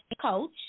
coach